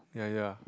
ya ya